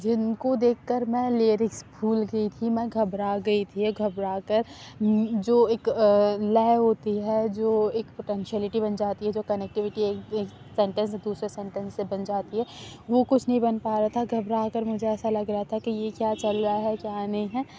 جن کو دیکھ کر میں لیریکس بھول گئی تھی میں گھبرا گئی تھی گھبرا کر جو ایک لیح ہوتی ہے جو ایک پٹینشیلٹی بن جاتی ہے جو کنیکٹیویٹی ایک سنٹینس دوسرے سنٹینس سے بن جاتی ہے وہ کچھ نہیں بن پا رہا تھا گھبرا کر مجھے ایسا لگ رہا تھا کہ یہ کیا چل رہا ہے کیا نہیں ہے